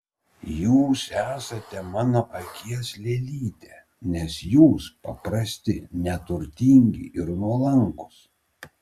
jūs esate mano akies lėlytė nes jūs paprasti neturtingi ir nuolankūs